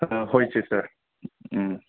ꯍꯣꯏ ꯁꯤꯁꯇꯔ ꯎꯝ